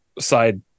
side